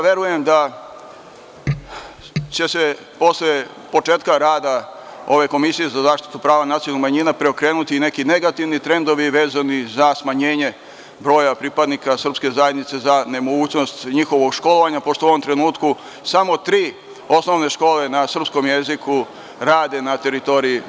Verujem da će se posle početka rada ove Komisije za zaštitu prava nacionalnih manjina preokrenuti i neki negativni trendovi vezani za smanjenje broja pripadnika srpske zajednice za nemogućnost njihovog školovanja, pošto u ovom trenutku samo tri osnovne škole na srpskom jeziku rade na teritoriji Makedonije.